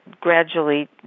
gradually